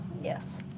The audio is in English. Yes